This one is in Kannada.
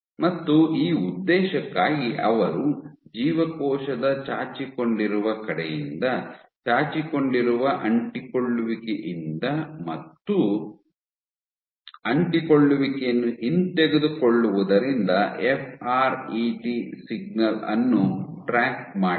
ಮತ್ತು ಈ ಉದ್ದೇಶಕ್ಕಾಗಿ ಅವರು ಜೀವಕೋಶದ ಚಾಚಿಕೊಂಡಿರುವ ಕಡೆಯಿಂದ ಚಾಚಿಕೊಂಡಿರುವ ಅಂಟಿಕೊಳ್ಳುವಿಕೆಯಿಂದ ಮತ್ತು ಅಂಟಿಕೊಳ್ಳುವಿಕೆಯನ್ನು ಹಿಂತೆಗೆದುಕೊಳ್ಳುವುದರಿಂದ F R E T signal ಅನ್ನು ಟ್ರ್ಯಾಕ್ ಮಾಡಿದರು